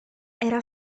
era